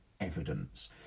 evidence